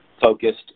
focused